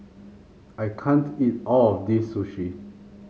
I can't eat all of this Sushi